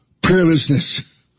prayerlessness